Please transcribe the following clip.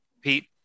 Pete